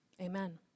Amen